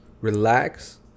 Relax